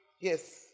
Yes